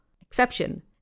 Exception